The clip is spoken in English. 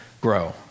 grow